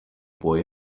boy